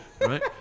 Right